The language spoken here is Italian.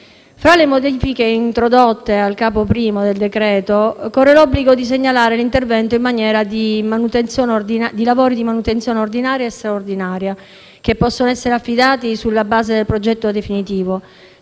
Fra le modifiche introdotte al capo I del decreto corre l'obbligo di segnalare: l'intervento in materia di lavori manutenzione ordinaria e straordinaria, che possono essere affidati sulla base del progetto definitivo;